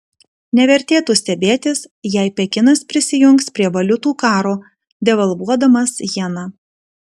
nevertėtų stebėtis jei pekinas prisijungs prie valiutų karo devalvuodamas jeną